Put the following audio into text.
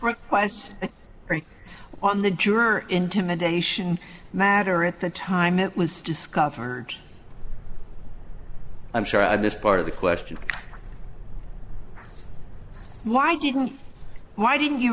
requests on the juror intimidation matter at the time it was discovered i'm sorry i missed part of the question why didn't why didn't you